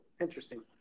Interesting